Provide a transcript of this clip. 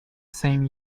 same